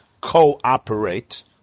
cooperate